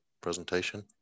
presentation